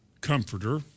comforter